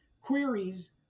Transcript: queries